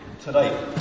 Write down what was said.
today